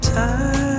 time